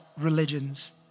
religions